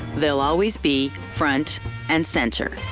they'll always be front and center.